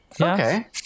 Okay